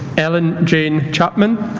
ellen jane chapman